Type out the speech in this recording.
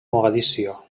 mogadiscio